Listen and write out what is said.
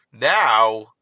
now